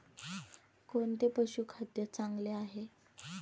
कोणते पशुखाद्य चांगले आहे?